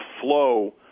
flow